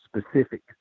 specific